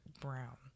brown